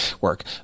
work